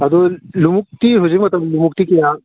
ꯑꯗꯨ ꯂꯣꯡꯎꯞꯇꯤ ꯍꯧꯖꯤꯛ ꯃꯇꯝ ꯂꯣꯡꯎꯞꯇꯤ ꯀꯌꯥ